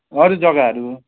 अरू जग्गाहरू